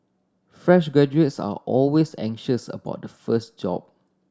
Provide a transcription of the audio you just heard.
fresh graduates are always anxious about the first job